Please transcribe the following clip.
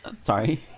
Sorry